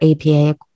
APA